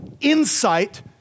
insight